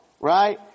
right